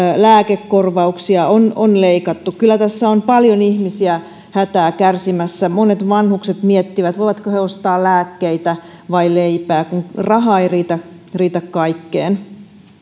lääkekorvauksia on on leikattu kyllä tässä on paljon ihmisiä hätää kärsimässä monet vanhukset miettivät voivatko he ostaa lääkkeitä vai leipää kun raha ei riitä riitä kaikkeen